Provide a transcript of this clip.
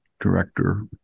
director